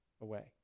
away